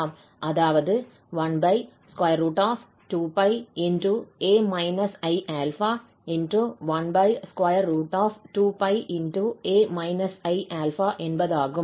அதாவது 12πa i∝ 12πa i∝ என்பதாகும்